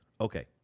Okay